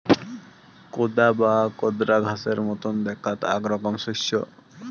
কোদা বা কোদরা ঘাসের মতন দ্যাখাত আক রকম শস্য